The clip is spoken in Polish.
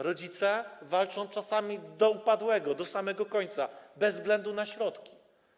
Rodzice walczą czasami do upadłego, do samego końca, bez względu na środki.